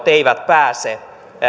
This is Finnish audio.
eivät pääse